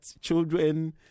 children